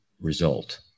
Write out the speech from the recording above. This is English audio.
result